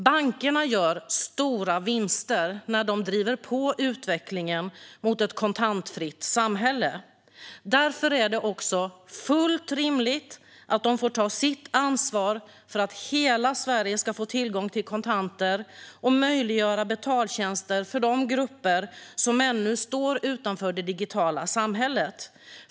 Bankerna gör stora vinster när de driver på utvecklingen mot ett kontantfritt samhälle. Därför är det också fullt rimligt att de får ta sitt ansvar för att hela Sverige ska få tillgång till kontanter och möjliggöra betaltjänster för de grupper som ännu står utanför det digitala samhället.